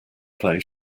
play